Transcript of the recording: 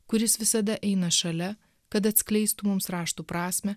kuris visada eina šalia kad atskleistų mums raštų prasmę